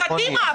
קדימה,